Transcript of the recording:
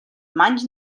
манж